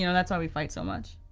you know that's why we fight so much.